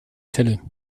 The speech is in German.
gummizelle